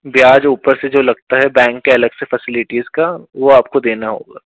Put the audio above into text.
ब्याज ऊपर से जो लगता है बैंक की अलग से फैसिलिटीज़ का वह आपको देना होगा